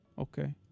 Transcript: Okay